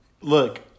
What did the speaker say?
Look